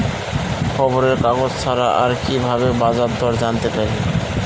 খবরের কাগজ ছাড়া আর কি ভাবে বাজার দর জানতে পারি?